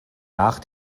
nach